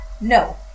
No